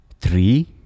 Three